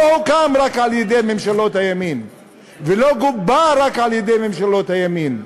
לא הוקם רק על-ידי ממשלות הימין ולא גובה רק על-ידי ממשלות הימין.